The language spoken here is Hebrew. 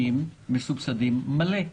שמסובסדים באופן מלא.